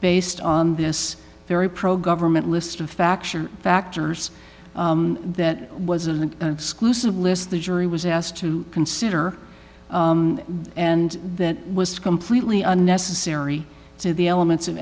based on this very pro government list of faction factors that was an exclusive list the jury was asked to consider and that was completely unnecessary to the elements of